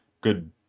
good